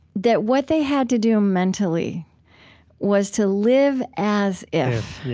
that what they had to do mentally was to live as if,